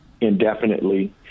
indefinitely